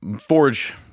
forge